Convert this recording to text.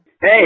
Hey